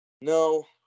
No